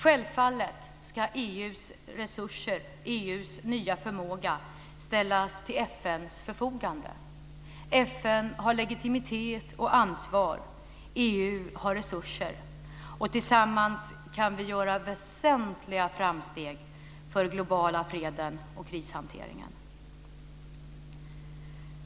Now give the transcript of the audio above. Självfallet ska EU:s resurser, EU:s nya förmåga, ställas till FN:s förfogande. FN har legitimitet och ansvar; EU har resurser. Tillsammans kan vi göra väsentliga framsteg för den globala freden och krishanteringen.